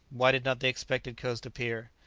why did not the expected coast appear?